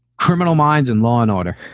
criminal minds and law and order.